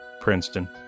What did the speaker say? Princeton